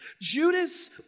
Judas